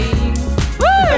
Woo